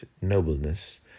nobleness